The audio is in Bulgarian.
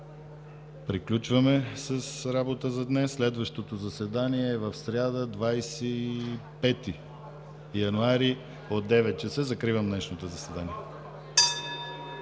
приключваме с работата за днес. Следващото заседание е в сряда, 25 януари 2017 г., от 9,00 ч. Закривам днешното заседание.